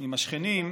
עם השכנים,